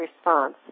response